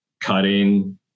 cutting